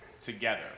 together